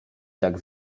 tak